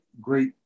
great